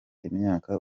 imyaka